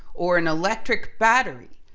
or an electric battery,